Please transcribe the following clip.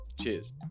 Cheers